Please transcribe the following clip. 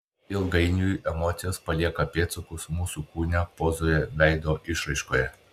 ilgainiui emocijos palieka pėdsakus mūsų kūne pozoje veido išraiškoje